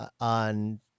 on